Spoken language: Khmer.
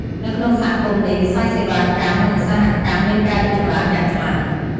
នៅក្នុងសហគមន៍នេះ វិស័យសេវាកម្ម និងឧស្សាហកម្មមានការរីកចម្រើនយ៉ាងខ្លាំង។